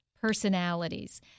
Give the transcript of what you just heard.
personalities